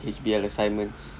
H_B_L assignments